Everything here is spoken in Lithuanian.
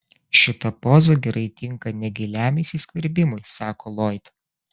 šita poza gerai tinka negiliam įsiskverbimui sako loyd